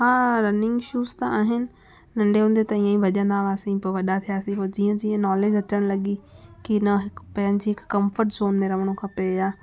हा running shoes त आहिनि नंढे हूंदे त ईअंई भॼंदा हुआसीं पोइ वॾा थियासीं पोइ जीअं जीअं नॉलेज अचण लॻी की न पंहिंजी कंफ़र्ट ज़ोन में रहिणो खपे या